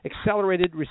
accelerated